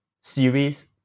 series